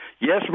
Yes